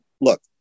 look